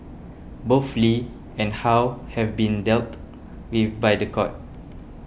both Lee and How have been dealt with by the court